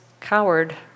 coward